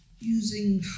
using